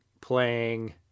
playing